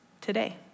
today